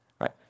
Right